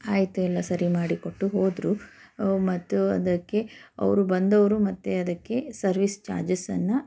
ಆಯಿತು ಎಲ್ಲ ಸರಿ ಮಾಡಿಕೊಟ್ಟು ಹೋದರು ಮತ್ತು ಅದಕ್ಕೆ ಅವರು ಬಂದೋರು ಮತ್ತೆ ಅದಕ್ಕೆ ಸರ್ವಿಸ್ ಚಾರ್ಜಸನ್ನು